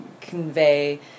convey